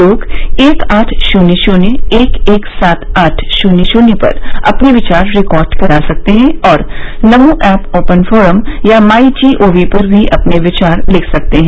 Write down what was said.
लोग एक आठ शून्य शून्य एक एक सात आठ शून्य शून्य पर अपने विचार रिकॉर्ड करा सकते हैं और नमो ऐप ओपन फोरम या माई जीओवी पर भी अपने विचार लिख सकते हैं